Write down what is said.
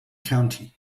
county